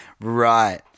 right